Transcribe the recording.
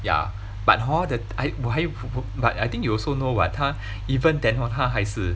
ya but hor the I 我还 but I think you also know what 他 even then hor 他还是